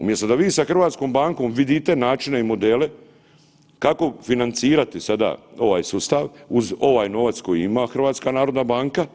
Umjesto da vi sa Hrvatskom bankom vidite načine i modele kako financirati sada ovaj sustav, uz ovaj novac koji ima HNB.